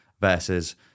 versus